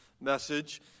message